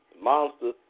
Monster